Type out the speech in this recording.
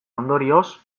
ondorioz